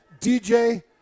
DJ